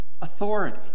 authority